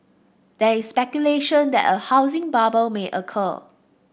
there is speculation that a housing bubble may occur